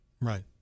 Right